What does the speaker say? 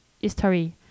history